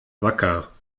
wacker